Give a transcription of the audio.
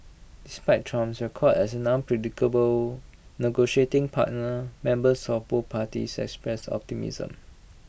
despite Trump's record as an unpredictable negotiating partner members of both parties expressed optimism